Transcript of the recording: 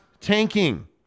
tanking